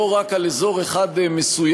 לא רק על אזור אחד מסוים,